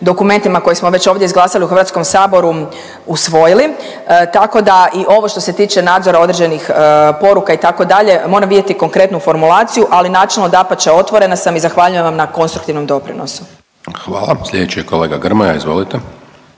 dokumentima koje smo već ovdje izglasali u Hrvatskom saboru usvojili, tako da i ovo što se tiče nadzora određenih poruka itd. moram vidjeti konkretnu formulaciju, ali načelo dapače otvorena sam i zahvaljujem vam na konstruktivnom doprinosu. **Hajdaš Dončić, Siniša (SDP)** Hvala. Sljedeći je kolega Grmoja, izvolite.